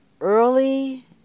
early